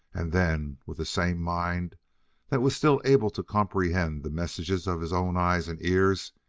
and then, with the same mind that was still able to comprehend the messages of his own eyes and ears,